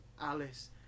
Alice